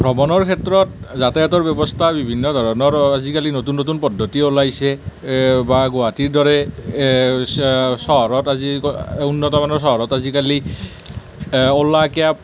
ভ্ৰমণৰ ক্ষেত্ৰত যাতায়াতৰ ব্যৱস্থা বিভিন্ন ধৰণৰ আজিকালি নতুন নতুন পদ্ধতি ওলাইছে বা গুৱাহাটীৰ দৰে চহৰত আজি উন্নত মানৰ চহৰত আজিকালি এ ওলা কেব